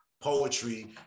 poetry